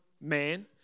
man